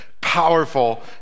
powerful